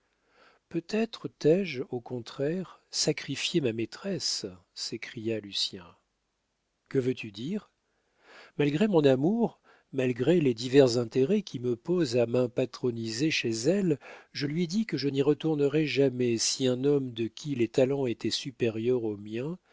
peut-être t'ai-je au contraire sacrifié ma maîtresse s'écria lucien que veux-tu dire malgré mon amour malgré les divers intérêts qui me portent à m'impatroniser chez elle je lui ai dit que je n'y retournerais jamais si un homme de qui les talents étaient supérieurs aux miens